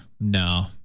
no